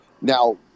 Now